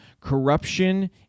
corruption